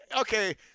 okay